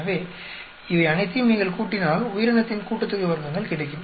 எனவே இவை அனைத்தையும் நீங்கள் கூட்டினால் உயிரினத்தின் கூட்டுத்தொகை வர்க்கங்கள் கிடைக்கும்